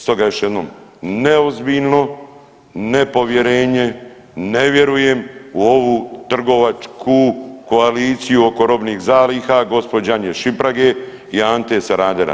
Stoga još jednom, neozbiljno nepovjerenje, ne vjerujem u ovu trgovačku koaliciju oko robnih zaliha gospođe Anje Šimprage i Ante Sanadera.